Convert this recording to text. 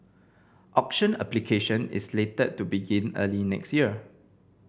auction application is slated to begin early next year